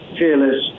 fearless